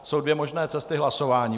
Jsou dvě možné cesty hlasování.